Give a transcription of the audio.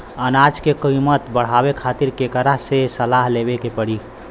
अनाज क कीमत बढ़ावे खातिर केकरा से सलाह लेवे के पड़ी?